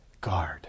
guard